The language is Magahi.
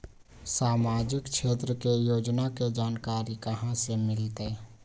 सामाजिक क्षेत्र के योजना के जानकारी कहाँ से मिलतै?